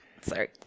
sorry